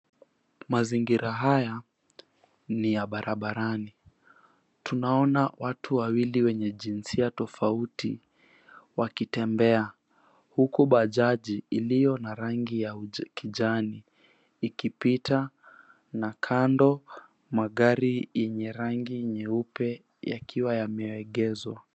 Mazingira haya ni ya barabarani. Tunaona watu wawili wenye jinsia wenye jinsia tofauti wakitembea huku bajaji iliyo na rangi ya kijani ikipita na kando magari yenye rangi nyeupe yakiwa yameegezwa.